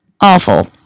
awful